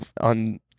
on